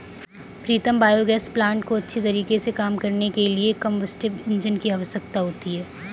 प्रीतम biogas plant को अच्छे तरीके से काम करने के लिए कंबस्टिव इंजन की आवश्यकता होती है